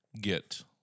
get